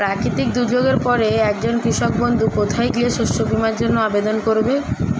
প্রাকৃতিক দুর্যোগের পরে একজন কৃষক বন্ধু কোথায় গিয়ে শস্য বীমার জন্য আবেদন করবে?